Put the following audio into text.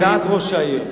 על דעת ראש העיר,